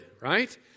right